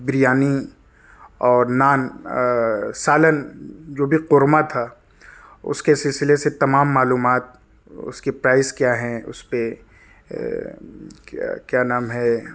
بریانی اور نان سالن جو بھی قورمہ تھا اس کے سلسلے سے تمام معلومات اس کی پرائز کیا ہیں اس پہ کیا نام ہے